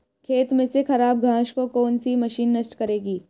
खेत में से खराब घास को कौन सी मशीन नष्ट करेगी?